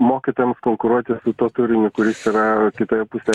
mokytams konkuruoti su tuo turiniu kuris yra kitoje pusėje